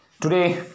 Today